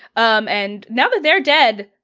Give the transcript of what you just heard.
um and now that they're dead,